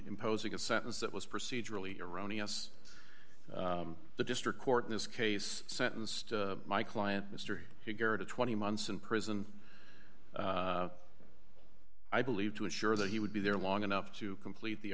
imposing a sentence that was procedurally erroneous the district court in this case sentenced my client mr garrett to twenty months in prison i believe to assure that he would be there long enough to complete the